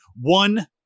One